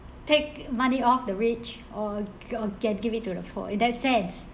take money off the rich or g~ get give it to the poor in that sense